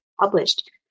published